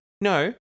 no